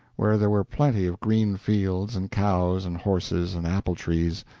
where there were plenty of green fields and cows and horses and apple-trees,